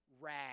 rag